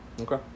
Okay